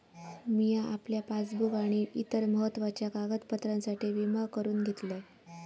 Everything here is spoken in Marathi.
मिया आपल्या पासबुक आणि इतर महत्त्वाच्या कागदपत्रांसाठी विमा करून घेतलंय